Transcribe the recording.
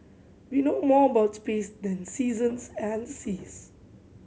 we know more about space than the seasons and the seas